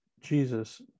Jesus